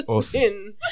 Sin